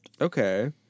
Okay